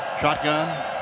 Shotgun